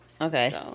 Okay